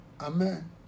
Amen